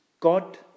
God